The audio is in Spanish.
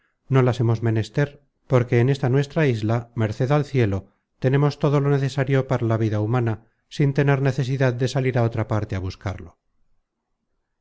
no las hemos menester porque en esta nuestra isla merced al cielo tenemos todo lo necesario para la vida humana sin tener necesidad de salir á otra parte á buscarlo